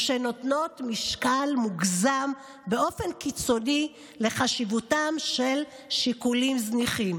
או שנותנות משקל מוגזם באופן קיצוני לחשיבותם של שיקולים זניחים".